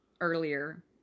earlier